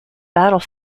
battle